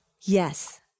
Yes